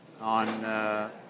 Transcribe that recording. on